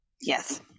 Yes